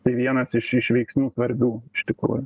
tai vienas iš iš veiksnių svarbių iš tikrųjų